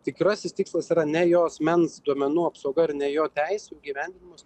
tikrasis tikslas yra ne jo asmens duomenų apsauga ir ne jo teisių įgyvendinimas